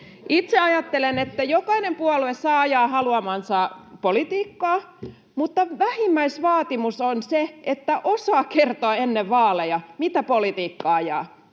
Itse ajattelen, että jokainen puolue saa ajaa haluamansa politiikkaa, mutta vähimmäisvaatimus on se, että osaa kertoa ennen vaaleja, mitä politiikkaa ajaa.